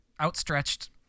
outstretched